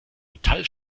metall